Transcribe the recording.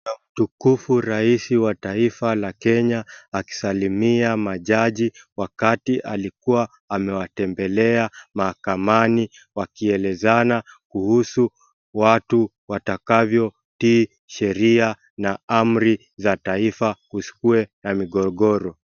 Mkutufu rais wa taifa la Kenya akisalimia majaji wakati alikuwa amewatembelea mhakamani wakielezana kuhusu watu watakavyo tii sheria na amri za taifa kusikuwe na migogoro.